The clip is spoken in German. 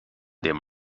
dem